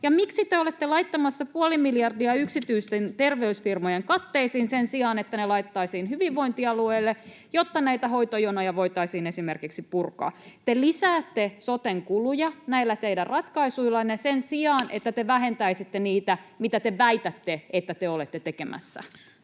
miksi te olette laittamassa puoli miljardia yksityisten terveysfirmojen katteisiin sen sijaan, että ne laitettaisiin hyvinvointialueille, jotta näitä hoitojonoja voitaisiin esimerkiksi purkaa? Te lisäätte soten kuluja näillä teidän ratkaisuillanne sen sijaan, että te vähentäisitte niitä, mitä te väitätte, että te olette tekemässä.